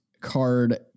card